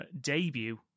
debut